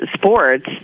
Sports